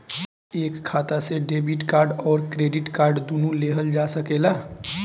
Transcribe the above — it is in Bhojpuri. एक खाता से डेबिट कार्ड और क्रेडिट कार्ड दुनु लेहल जा सकेला?